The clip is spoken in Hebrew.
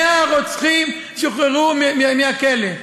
100 רוצחים שוחררו מהכלא.